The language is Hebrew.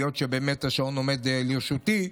היות שהשעון עומד לרשותי,